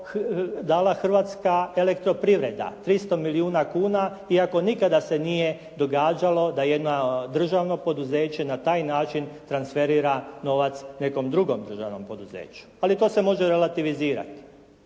dala Hrvatska elektroprivreda, 300 milijuna kuna, iako nikada se nije događalo da jedno državno poduzeće na taj način transferira novac nekom drugom državnom poduzeću, ali to se može relativizirati.